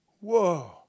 Whoa